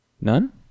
None